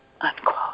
unquote